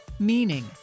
meaning